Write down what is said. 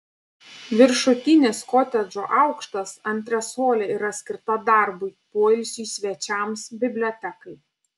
viršutinis kotedžo aukštas antresolė yra skirta darbui poilsiui svečiams bibliotekai